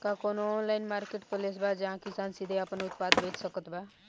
का कउनों online marketplace बा जहां किसान सीधे आपन उत्पाद बेच सकत बा?